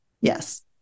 yes